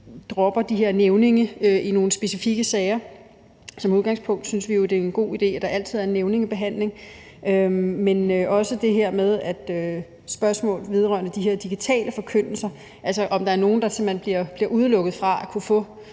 dropper nævninge i nogle specifikke sager, for som udgangspunkt synes vi jo, det er en god idé, at der altid er nævningebehandling. Men vi er også optaget af spørgsmålet vedrørende de her digitale forkyndelser, altså om der er nogen, der simpelt hen bliver udelukket fra at kunne få